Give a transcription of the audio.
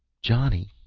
johnny,